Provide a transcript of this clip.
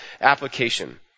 application